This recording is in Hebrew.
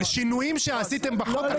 על שינויים שעשיתם בחוק.